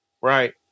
right